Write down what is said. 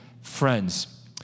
friends